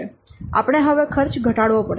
આપણે હવે ખર્ચ ઘટાડવો પડશે